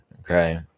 Okay